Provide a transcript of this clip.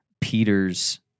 Peter's